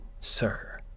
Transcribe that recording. sir